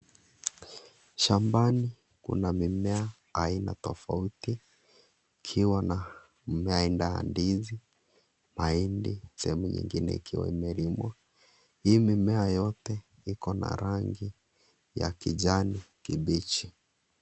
Shambani kuna mimea aina tofauti. Ikiwa na mimea aina ya ndizi, mahindi sehemu nyingine ikiwa imelimwa. Hii mimea yote iko na rangi ya kijani kibichi.